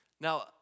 Now